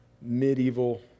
medieval